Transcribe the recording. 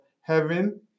heaven